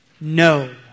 no